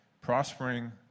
Prospering